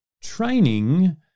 training